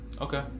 Okay